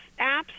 apps